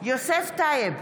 יוסף טייב,